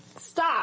Stop